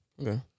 okay